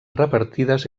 repartides